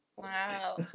Wow